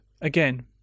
again